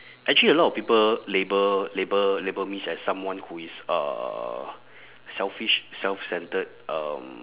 actually a lot of people label label label me as someone who is uh selfish self centred um